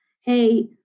Hey